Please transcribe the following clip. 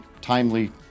timely